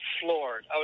floored